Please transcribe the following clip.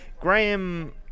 graham